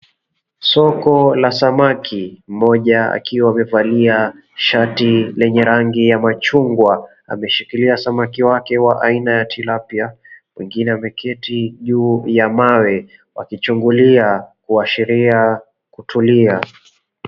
Soko la samaki, mmoja akiwa amevalia shati lenye rangi ya machungwa ameshikilia samaki wake wa aina ya tilapia, mwingine ameketi juu ya mawe wakichungulia kuashiria kutulia.